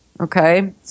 okay